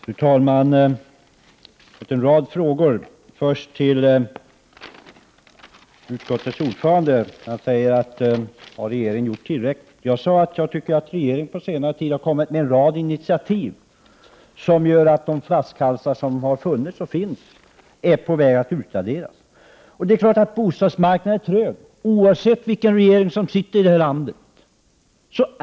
Fru talman! Jag har fått en rad frågor. Först vill jag vända mig till utskottets ordförande, som frågade: Har regeringen gjort tillräckligt? Ja, jag tycker att regeringen på senare tid har kommit med en en rad initiativ som gör att de flaskhalsar som har funnits och finns är på väg att försvinna. Bostadsmarknaden är självfallet trög — oavsett vilken regering som sitter i detta land.